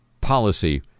policy